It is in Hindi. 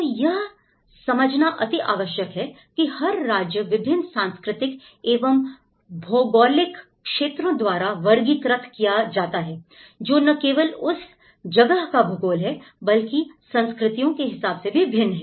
तो यह समझना अति आवश्यक है कि हर राज्य विभिन्न सांस्कृतिक एवं भौगोलिक क्षेत्रों द्वारा वर्गीकृत किया गया है जो न केवल उस जगह का भूगोल है बल्कि संस्कृतियों के हिसाब से भी भिन्न है